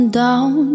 down